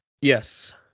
yes